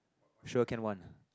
sure can one